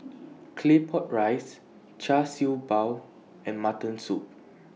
Claypot Rice Char Siew Bao and Mutton Soup